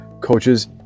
coaches